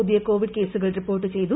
പുതിയ കോവിഡ് ക്സുകൾ റിപ്പോർട്ട് ചെയ്തു